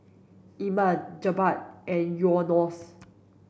Iman Jebat and Yunos